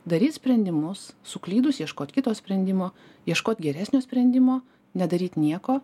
daryt sprendimus suklydus ieškot kito sprendimo ieškot geresnio sprendimo nedaryt nieko